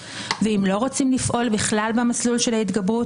11:17) ואם לא רוצים לפעול בכלל במסלול של ההתגברות,